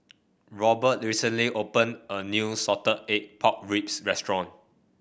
Robert recently opened a new Salted Egg Pork Ribs restaurant